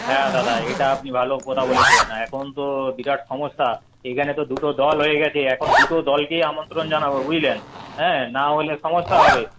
হ্যাঁ দাদা এটা আপনি ভালো কথা বলেছেন এখন তো বিরাট সমস্যা এইখানে তো দুটো দল হয়ে গেছে এখন দুটো দলকেই আমন্ত্রণ জানাব বুঝলেন হ্যাঁ নাহলে সমস্যা হবে